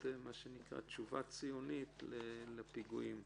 מה שנקרא "תשובה ציונית" לפיגועים.